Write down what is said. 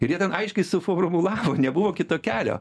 ir jie ten aiškiai suformulavo nebuvo kito kelio